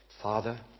Father